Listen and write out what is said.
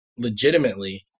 legitimately